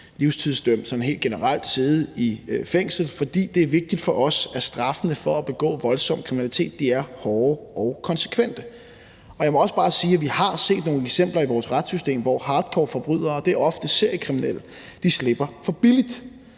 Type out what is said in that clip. livstidsdømt sådan helt generelt skal sidde i fængsel, for det er vigtigt for os, at straffene for at begå voldsom kriminalitet er hårde og konsekvente. Jeg må også bare sige, at vi har set nogle eksempler i vores retssystem, hvor hardcore forbrydere – det er ofte seriekriminelle – slipper for billigt.